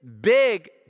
big